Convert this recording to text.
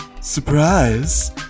Surprise